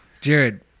Jared